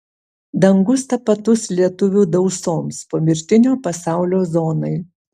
dangus tapatus lietuvių dausoms pomirtinio pasaulio zonai